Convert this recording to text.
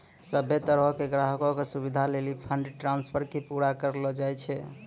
सभ्भे तरहो के ग्राहको के सुविधे लेली फंड ट्रांस्फर के पूरा करलो जाय छै